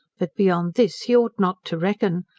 but beyond this he ought not to reckon,